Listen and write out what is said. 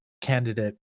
candidate